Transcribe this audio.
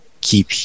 keep